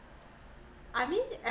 I mean